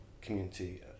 community